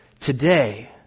Today